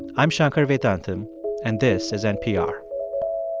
i'm shankar vedantam and this is npr